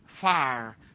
fire